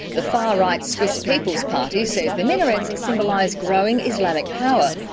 the far right swiss people's party says the minarets symbolise growing islamic power.